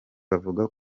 bavuga